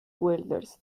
guelders